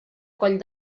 coll